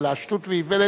אלא השטות והאיוולת,